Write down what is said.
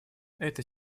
эта